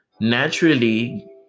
naturally